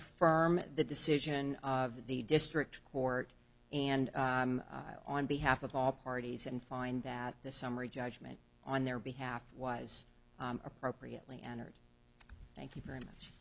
affirm the decision of the district court and on behalf of all parties and find that the summary judgment on their behalf was appropriately entered thank you very much